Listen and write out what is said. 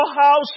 house